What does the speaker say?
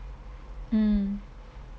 mm